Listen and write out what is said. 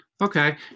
Okay